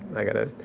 i got to,